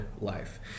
life